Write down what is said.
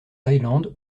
thaïlande